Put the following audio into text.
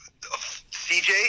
CJ